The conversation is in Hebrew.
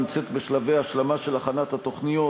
נמצאת בשלבי השלמה של הכנת התוכניות,